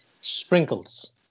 Sprinkles